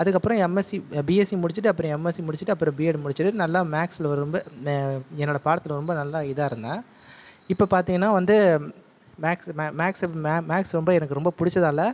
அதுக்கப்புறம் MSc BSc முடிச்சுட்டு அப்புறம் எம்எஸ்சி முடிச்சுட்டு அப்புறம் பியட் முடிச்சுட்டு நல்லா மேக்ஸ்சில் ஒரு என்னோடய பாடத்தில் வந்து ரொம்ப நல்லா இதாக இருந்தேன் இப்போ பார்த்தீங்கன்னா வந்து மேக்ஸ் மேக்ஸ் மேக்ஸ் எனக்கு ரொம்ப பிடிச்சதால்